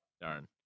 Darn